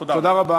תודה רבה.